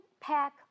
pack